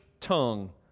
tongue